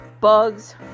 bugs